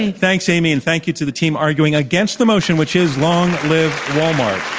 and thanks, amy, and thank you to the team arguing against the motion, which is long live walmart.